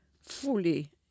fully